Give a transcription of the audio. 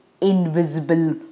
invisible